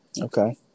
Okay